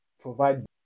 Provide